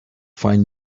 find